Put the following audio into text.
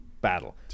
battle